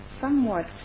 somewhat